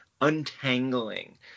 untangling